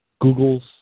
Google's